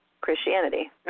Christianity